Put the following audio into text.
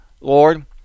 Lord